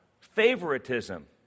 favoritism